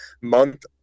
month